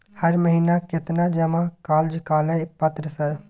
हर महीना केतना जमा कार्यालय पत्र सर?